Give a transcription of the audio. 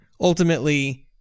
ultimately